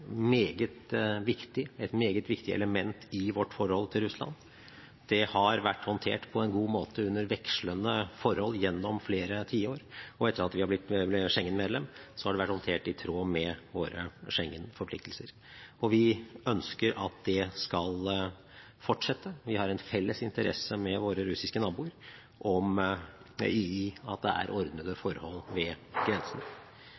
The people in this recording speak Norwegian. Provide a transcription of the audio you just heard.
et meget viktig element i vårt forhold til Russland. Det har vært håndtert på en god måte under vekslende forhold gjennom flere tiår, og etter at vi har blitt Schengen-medlem, har det vært håndtert i tråd med våre Schengen-forpliktelser. Vi ønsker at det skal fortsette. Vi har en felles interesse med våre russiske naboer i at det er ordnede forhold ved